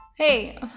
Hey